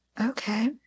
Okay